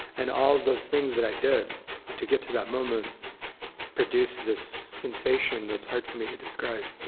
and all those things that i did to get to that moment produced this sensation that's hard for me to describe.